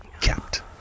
kept